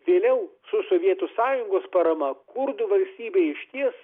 vėliau su sovietų sąjungos parama kurdų valstybė išties